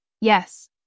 Yes